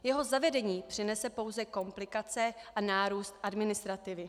Jeho zavedení přinese pouze komplikace a nárůst administrativy.